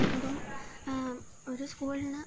അപ്പം ഒരു സ്കൂളിന്